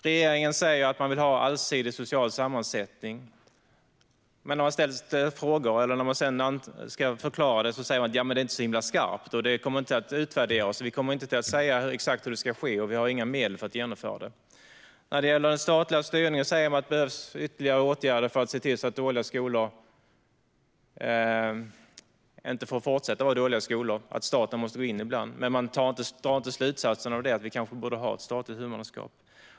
Regeringen säger sig vilja ha en allsidig social sammansättning, men när man sedan ska förklara det säger man: Det är inte så himla skarpt, och det kommer inte att utvärderas. Vi kommer inte att säga exakt hur det ska ske, och vi har inga medel för att genomföra det. När det gäller den statliga styrningen säger man att det behövs ytterligare åtgärder för att se till att dåliga skolor inte får fortsätta vara dåliga utan att staten måste gå in ibland - men man drar inte slutsatsen att vi kanske borde ha ett statligt huvudmannaskap.